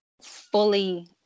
fully